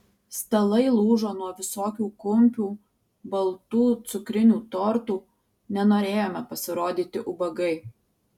stalai lūžo nuo visokių kumpių baltų cukrinių tortų nenorėjome pasirodyti ubagai